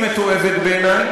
היא מתועבת בעיני,